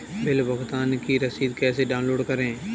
Bill भुगतान की रसीद कैसे डाउनलोड करें?